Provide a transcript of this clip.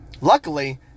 Luckily